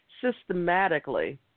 systematically